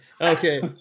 Okay